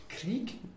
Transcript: Krieg